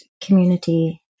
community